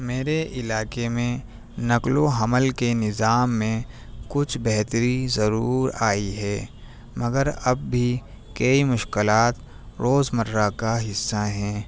میرے علاقے میں نقل و حمل کے نظام میں کچھ بہتری ضرور آئی ہے مگر اب بھی کئی مشکلات روز مرہ کا حصہ ہیں